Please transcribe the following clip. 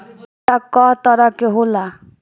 खाता क तरह के होला?